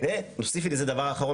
ותוסיפי לזה דבר אחרון,